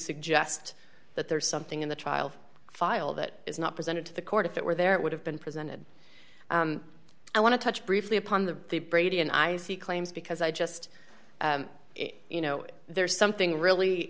suggest that there is something in the trial file that is not presented to the court if it were there it would have been presented i want to touch briefly upon the brady and i see claims because i just you know there's something really